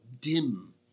dim